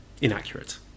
inaccurate